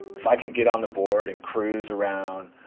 if i could get on the board and cruise around,